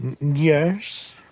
Yes